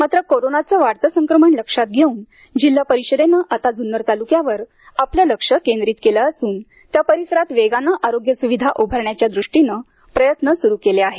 मात्र कोरोनाचं वाढतं संक्रमण लक्षात घेऊन जिल्हा परिषदेनं आता जुन्नर तालुक्यावर आपलं लक्ष केंद्रित केलं असून त्या परिसरात वेगानं आरोग्य सुविधा उभारण्याच्या दृष्टीनं प्रयत्न सुरू केले आहेत